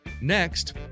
Next